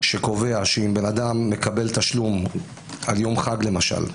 שקובע שאם בן אדם מקבל תשלום על יום חג, למשל,